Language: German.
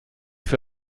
für